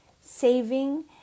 saving